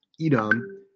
Edom